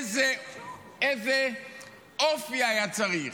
איזה אופי היה צריך,